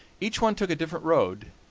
each one took a different road,